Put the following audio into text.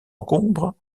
encombre